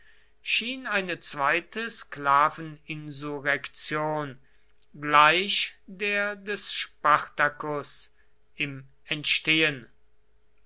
schien eine zweite sklaveninsurrektion gleich der des spartacus im entstehen